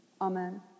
Amen